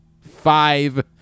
Five